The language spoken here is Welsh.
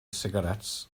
sigaréts